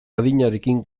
adinarekin